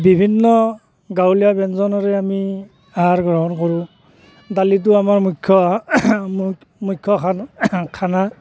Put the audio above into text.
বিভিন্ন গাঁৱলীয়া ব্যঞ্জনৰে আমি আহাৰ গ্ৰহণ কৰোঁ দালিটো আমাৰ মুখ্য মুখ্য খানা খানা